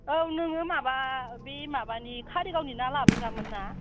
औ नोङो माबा बे माबानि कारिगावनि ना लाबोग्रा मोनना